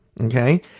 Okay